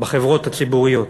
בחברות הציבוריות?